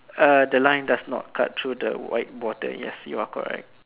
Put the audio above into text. uh the line does not cut through the white border yes you are correct